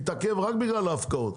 התעכב רק בגלל הנושא של ההפקעות.